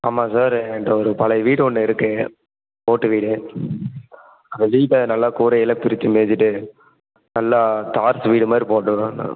ஆமாம் சார் என்கிட்ட ஒரு பழைய வீடு ஒன்று இருக்குது ஓட்டு வீடு அந்த வீட்டை நல்லா கூரையெல்லாம் பிரிச்சு மேஞ்சிட்டு நல்லா டார்ச் வீடு மாதிரி போட்டுடணும்